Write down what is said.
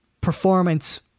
performance